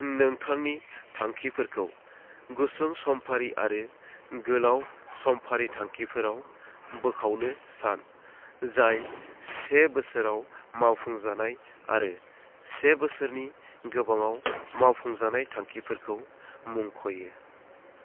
नोथांनि थांखिफोरखौ गुसुं समफारि आरो गोलाव समफारि थांखिफोराव बोखावनो सान जाय से बोसोराव मावफुं जानाय आरो से बोसोरनि गोबाङाव मावफुं जानाय थांखिफोरखौ मुंख'यो